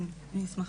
כן, אני אשמח.